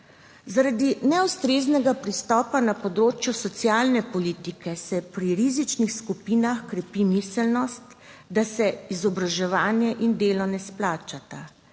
Zaradi neustreznega pristopa na področju socialne politike se pri rizičnih skupinah krepi miselnost, da se izobraževanje in delo ne izplačata.